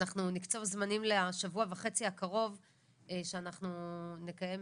אנחנו נקצוב זמנים לשבוע וחצי הקרובים שאנחנו נקיים